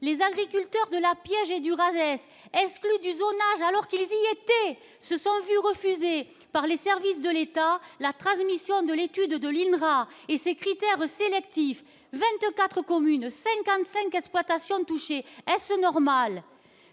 les agriculteurs de la Piaget durable est-ce que le du zonage, alors que les électeurs et se sont vu refuser par les services de l'État, la transmission de l'étude de l'île et ces critères sélectifs 24 communes, 55 exploitations touchées est ce normal